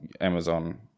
amazon